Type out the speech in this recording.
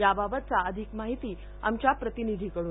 याबाबत अधिक माहिती आमच्या प्रतिनिधिकडून